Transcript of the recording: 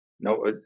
No